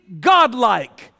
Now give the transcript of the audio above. Godlike